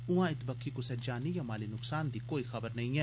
उआं इत बक्खी कुसै जानी या माली नुक्सान दी कोई खबर नेई ऐ